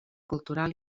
cultural